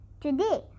today